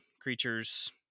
Creatures